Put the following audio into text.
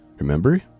Remember